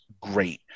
great